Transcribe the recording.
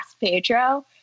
Pedro